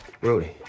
Rudy